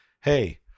hey